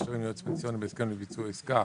להתקשר עם יועץ פנסיוני בהסכם לביצוע עסקה,